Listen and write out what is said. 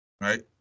Right